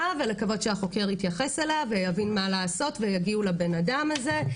ולקוות שהחוקר יתייחס אליה ויבין מה לעשות ויגיעו לבן אדם הזה.